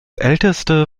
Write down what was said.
älteste